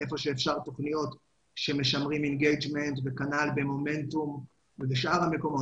שאפשר בתוכניות שמשמרים אינגיימנט וכנ"ל במומנטום ובשאר המקומות.